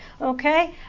Okay